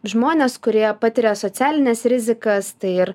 žmones kurie patiria socialines rizikas tai ir